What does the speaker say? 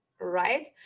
right